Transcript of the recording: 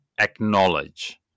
acknowledge